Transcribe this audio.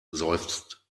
seufzt